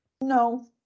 No